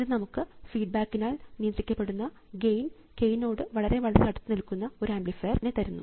ഇത് നമുക്ക് ഫീഡ്ബാക്കിനാൽ നിയന്ത്രിക്കപ്പെടുന്ന ഗെയിൻ k നോട് വളരെ വളരെ അടുത്തുനിൽക്കുന്ന ഒരു ആംപ്ലിഫയർ നെ തരുന്നു